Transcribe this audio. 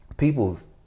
People's